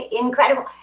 Incredible